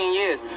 years